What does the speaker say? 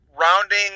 rounding